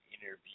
interview